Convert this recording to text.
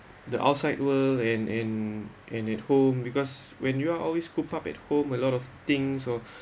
the outside world and and and at home because when you're always cooped up at home a lot of things or